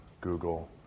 Google